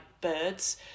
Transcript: birds